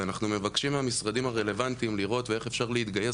ואנחנו מבקשים מהמשרדים הרלוונטיים לראות ואיך אפשר להתגייס